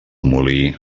molí